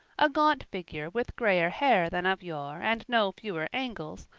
a gaunt figure with grayer hair than of yore and no fewer angles,